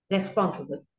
Responsible